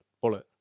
bullet